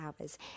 hours